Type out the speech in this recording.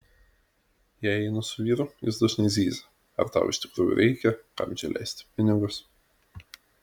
jei einu su vyru jis dažnai zyzia ar tau iš tikrųjų reikia kam čia leisti pinigus